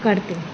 काढते